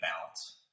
balance